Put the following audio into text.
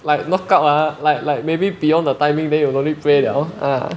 like knock out ah like like maybe beyond the timing then you no need pray liao ah